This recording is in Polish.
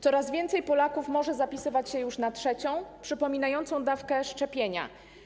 Coraz więcej Polaków może już zapisywać się na trzecią, przypominającą dawkę szczepienia.